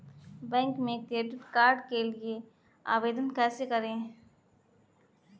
Bank में credit card के लिए आवेदन कैसे करें?